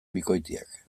bikoitiak